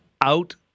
out